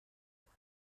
حدود